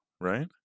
right